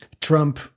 Trump